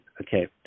okay